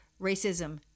racism